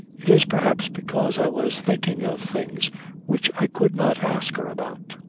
it is perhaps because i was thinking of things which i could not ask her about.